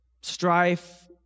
strife